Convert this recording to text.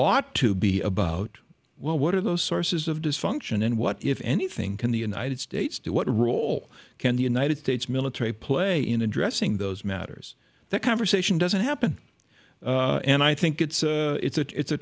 ought to be about well what are those sources of dysfunction and what if anything can the united states do what role can the united states military play in addressing those matters that conversation doesn't happen and i think it's it's it's a